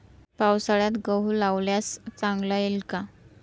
पावसाळ्यात गहू लावल्यास चांगला येईल का?